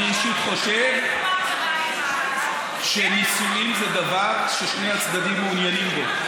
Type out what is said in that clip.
אני אישית חושב שנישואים זה דבר ששני הצדדים מעוניינים בו.